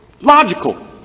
logical